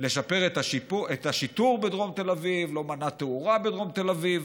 לא מנע לשפר אתה השיטור בדרום תל אביב ולא מנע תאורה בדרום תל אביב.